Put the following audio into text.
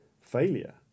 failure